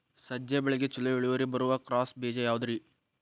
ಸಜ್ಜೆ ಬೆಳೆಗೆ ಛಲೋ ಇಳುವರಿ ಬರುವ ಕ್ರಾಸ್ ಬೇಜ ಯಾವುದ್ರಿ?